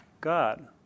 God